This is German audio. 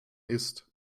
isst